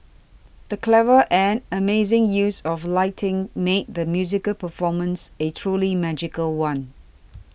the clever and amazing use of lighting made the musical performance a truly magical one